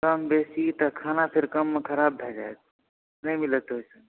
कम बेसी तब खाना फेर कममे खराब भऽ जायत नहि मिलत